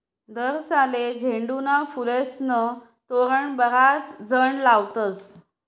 दसराले झेंडूना फुलेस्नं तोरण बराच जण लावतस